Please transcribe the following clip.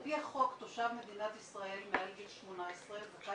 על פי החוק תושב מדינת ישראל מעל גיל 18 זכאי